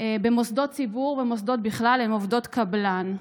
במוסדות ציבור, ומוסדות בכלל, הן עובדות קבלן,